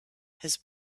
his